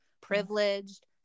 privileged